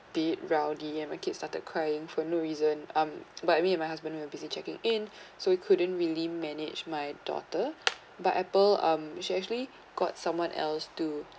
bit rowdy and my kids started crying for no reason um but me and my husband were busy checking in so we couldn't really manage my daughter but apple um she actually got someone else to